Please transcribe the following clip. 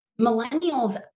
millennials